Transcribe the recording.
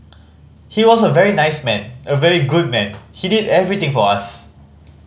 he was a very nice man a very good man he did everything for us